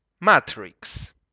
matrix